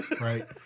right